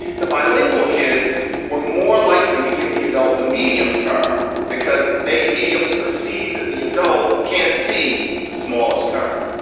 the bilingual kids were more likely to give the adult the medium car because they immediately perceive that the adult can't see the smallest car.